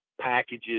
packages